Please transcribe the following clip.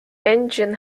engine